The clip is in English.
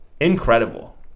Incredible